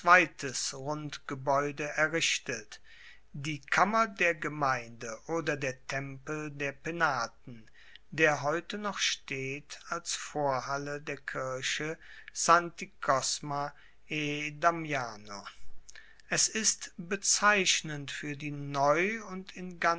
rundgebaeude errichtet die kammer der gemeinde oder der tempel der penaten der heute noch steht als vorhalle der kirche santi cosma e damiano es ist bezeichnend fuer die neu und